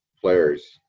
players